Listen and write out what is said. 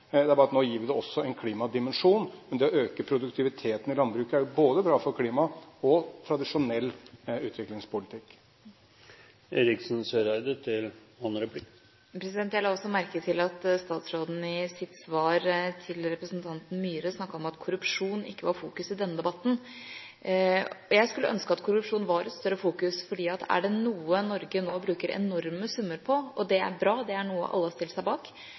ikke var fokuset i denne debatten. Jeg skulle ønske at korrupsjon fikk et større fokus, for er det noe Norge nå bruker enorme summer på – og det er bra, det er noe alle stiller seg bak